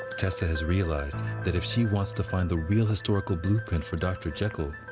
tessa has realized that if she wants to find the real historical blueprint for dr. jekyll,